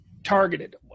targeted